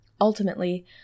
Ultimately